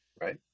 right